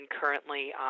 currently